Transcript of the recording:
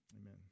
amen